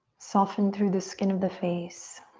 soften through the skin of the face.